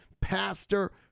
Pastor